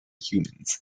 humans